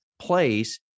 Place